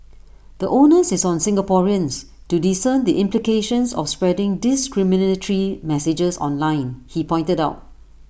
the onus is on Singaporeans to discern the implications of spreading discriminatory messages online he pointed out